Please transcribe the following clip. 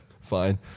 fine